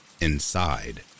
Inside